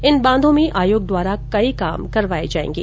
इन बांधों में आयोग द्वारा कई कार्य करवाए जाएंगे